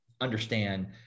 understand